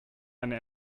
eine